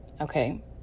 Okay